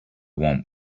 want